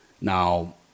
Now